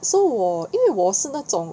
so 我因为我是那种